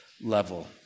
level